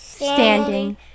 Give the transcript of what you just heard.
Standing